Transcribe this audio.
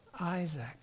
Isaac